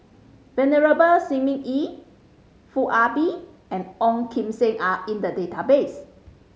Venerable Shi Ming Yi Foo Ah Bee and Ong Kim Seng are in the database